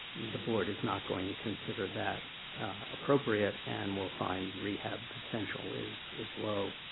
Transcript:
the board is not going to consider that appropriate, and we'll find rehab potential is is low.